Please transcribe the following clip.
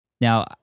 now